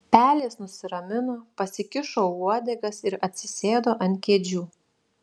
pelės nusiramino pasikišo uodegas ir atsisėdo ant kėdžių